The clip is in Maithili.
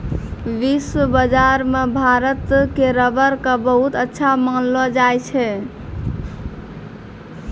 विश्व बाजार मॅ भारत के रबर कॅ बहुत अच्छा मानलो जाय छै